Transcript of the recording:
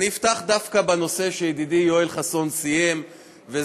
אני אפתח דווקא בנושא שידידי יואל חסון סיים בו,